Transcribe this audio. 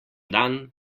dan